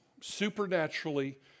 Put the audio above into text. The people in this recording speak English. Supernaturally